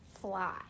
fly